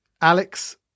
Alex